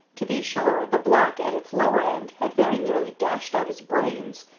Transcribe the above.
to be sure, the block at its lower end had very nearly dashed out his brains,